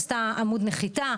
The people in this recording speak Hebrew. עשתה עמוד נחיתה,